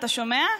אתה שומע?